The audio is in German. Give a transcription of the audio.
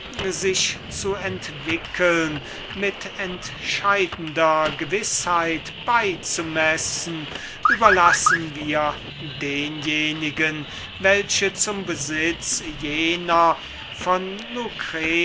sich zu entwickeln so sinnreiche auflösungen überlassen wir denjenigen welche zum besitz jener von